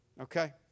Okay